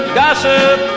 gossip